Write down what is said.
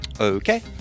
Okay